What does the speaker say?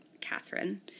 Catherine